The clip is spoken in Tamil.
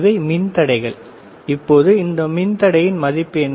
இவை மின்தடைகள்இப்போது இந்த மின்தடையின் மதிப்பு என்ன